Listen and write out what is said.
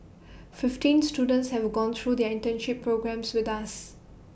fifteen students have gone through their internship programme with us